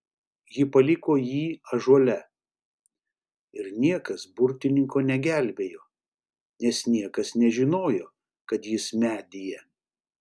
ji paliko jį ąžuole ir niekas burtininko negelbėjo nes niekas nežinojo kad jis medyje